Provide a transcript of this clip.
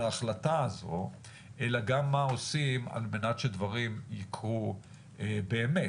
ההחלטה הזו אלא גם מה עושים על מנת שדברים יקרו באמת,